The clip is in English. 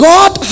God